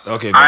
Okay